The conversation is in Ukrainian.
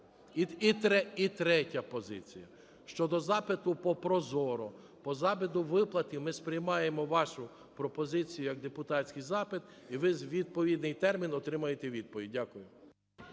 І третя позиція – щодо запиту по ProZorro. По запиту виплати ми сприймаємо вашу пропозицію як депутатський запит, і ви у відповідний термін отримаєте відповідь. Дякую.